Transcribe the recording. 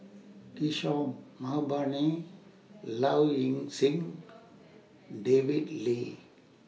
Kishore Mahbubani Low Ing Sing David Lee